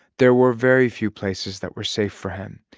there were very few places that were safe for him.